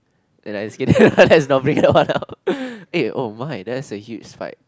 eh just kidding lah let's not bring one up eh oh my that's a huge spike